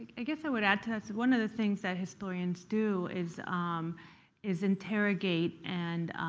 i guess i would add to that, so one of the things that historians do is um is interrogate and